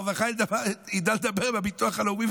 והרווחה ידעו לדבר עם הביטוח הלאומי,